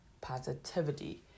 positivity